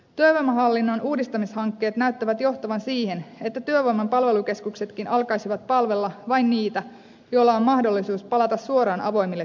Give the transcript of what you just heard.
työvoimahallinnon uudistamishankkeet näyttävät johtavan siihen että työvoiman palvelukeskuksetkin alkaisivat palvella vain niitä joilla on mahdollisuus palata suoraan avoimille työmarkkinoille